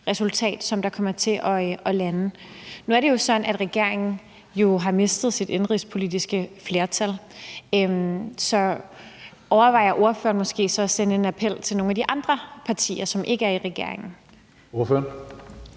resultat, der kommer til at lande. Nu er det jo sådan, at regeringen har mistet sit indenrigspolitiske flertal, så overvejer ordføreren måske så at sende en appel til nogle af de andre partier, som ikke er i regeringen? Kl.